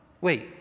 Wait